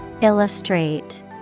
Illustrate